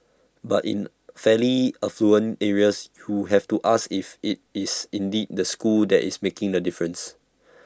but in fairly affluent areas who have to ask if IT is indeed the school that is making the difference